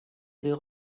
they